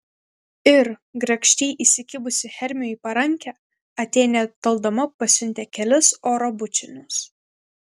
ir grakščiai įsikibusi hermiui į parankę atėnė toldama pasiuntė kelis oro bučinius